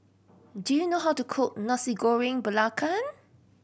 do you know how to cook Nasi Goreng Belacan